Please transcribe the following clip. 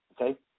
Okay